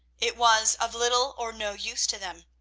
it was of little or no use to them.